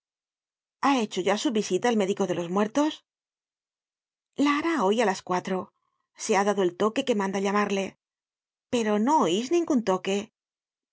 ha hecho ya su visita el médico de los muertos la hará hoy á las cuatro se ha dado el toque que manda llamarle pero no oís ningun toque